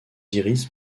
iris